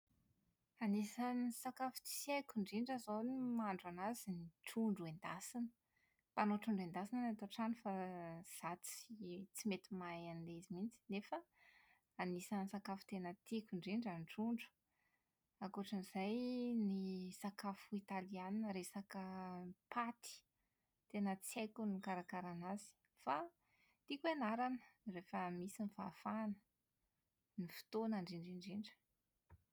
Anisan'ny sakafo tsy haiko indrindra izao ny mahandro an'azy ny trondro endasina. Mpanao trondro endasina ny ato an-trano fa izaho tsy tsy mety mahay an'ilay izy mihitsy nefa anisan'ny sakafo tena tiako indrindra ny trondro. Ankoatra an'izay, ny sakafo italianina resaka paty, tena tsy haiko ny mikarakara an'azy fa tiako enarana rehefa misy ny fahafahana, ny fotoana indrindra indrindra.